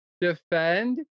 Defend